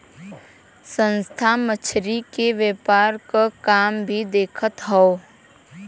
संस्था मछरी के व्यापार क काम भी देखत हौ